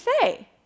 say